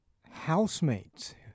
Housemates